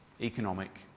economic